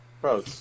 bro